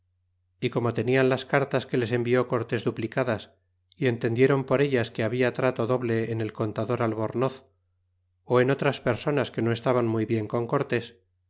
y como tenian las cartas que les envió cortés duplicadas y entendieron por ellas que habla trato doble en el contador albornoz en otras personas que no estaban muy bien con cortés